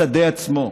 בשדה עצמו.